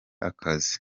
agakiza